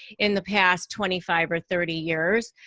in the past twenty five or thirty years.